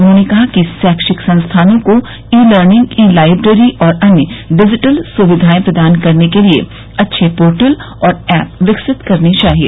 उन्होंने कहा है कि शैक्षिक संस्थानों को ई लर्निंग ई लाइब्रेरी और अन्य डिजिटल सुविधाएं प्रदान करने के लिए अच्छे पोर्टल और ऐप विकसित करने चाहिए